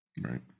right